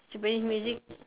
Japanese music